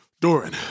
Doran